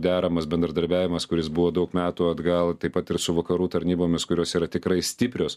deramas bendradarbiavimas kuris buvo daug metų atgal taip pat ir su vakarų tarnybomis kurios yra tikrai stiprios